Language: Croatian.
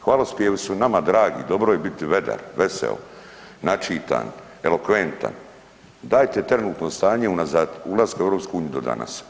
Hvalospjevi su nama dragi, dobro je biti vedar, veseo, načitan, elokventan, dajte trenutno stanje unazad ulaska u EU do danas.